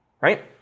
right